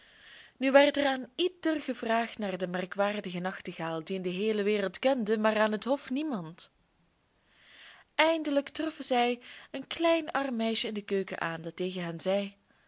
nu werd er aan ieder gevraagd naar den merkwaardigen nachtegaal dien de heele wereld kende maar aan het hof niemand eindelijk troffen zij een klein arm meisje in de keuken aan dat tegen hen zei